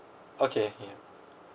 okay yeah